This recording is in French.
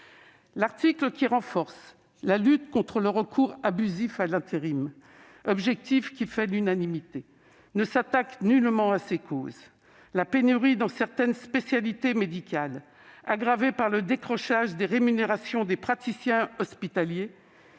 L'article qui renforce la lutte contre le recours abusif à l'intérim, objectif qui fait l'unanimité, ne s'attaque nullement aux causes de ce phénomène. La pénurie dans certaines spécialités médicales, aggravée par le décrochage des rémunérations des praticiens hospitaliers-